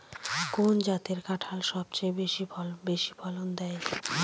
কোন জাতের কাঁঠাল সবচেয়ে বেশি ফলন দেয়?